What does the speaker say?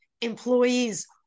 employees